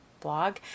blog